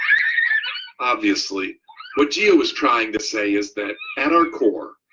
obviously what gia was trying to say is that at our core,